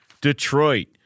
Detroit